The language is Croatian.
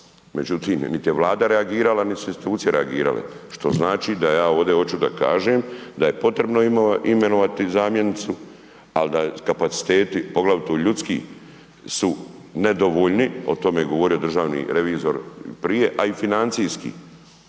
Međutim, niti je Vlada reagirala, niti su institucije reagirale, što znači da ja ovdje hoću da kažem da je potrebno imenovati zamjenicu, ali da kapaciteti, poglavito ljudski su nedovoljni, o tome je govorio državni revizor prije, a i financijski,